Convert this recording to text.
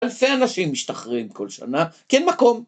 אלפי אנשים משתחררים כל שנה, כי אין מקום.